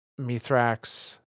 Mithrax